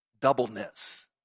doubleness